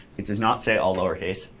it does not say all lowercase.